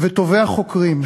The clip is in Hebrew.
וטובי החוקרים,